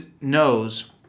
knows